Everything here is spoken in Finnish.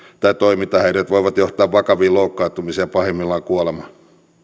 tai toimintahäiriöt voivat johtaa vakaviin loukkaantumisiin ja pahimmillaan kuolemaan